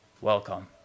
Welcome